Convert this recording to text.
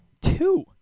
Two